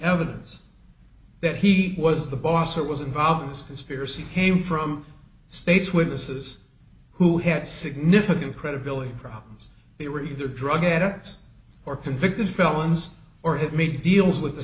evidence that he was the boss that was involved in this conspiracy came from state's witnesses who had significant credibility problems they were either drug addicts or convicted felons or had made deals with the